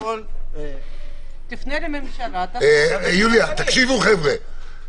תפנה לממשלה --- תקשיבו, חבר'ה.